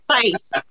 face